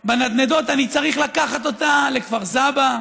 בנדנדות, אני צריך לקחת אותה לכפר סבא.